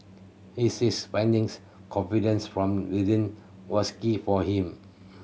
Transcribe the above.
he says finding confidence from within was key for him